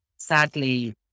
sadly